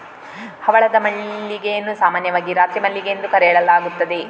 ಹವಳದ ಮಲ್ಲಿಗೆಯನ್ನು ಸಾಮಾನ್ಯವಾಗಿ ರಾತ್ರಿ ಮಲ್ಲಿಗೆ ಎಂದು ಕರೆಯಲಾಗುತ್ತದೆ